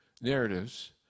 narratives